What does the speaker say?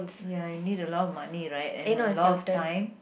ya I need a lot of money right and a lot of time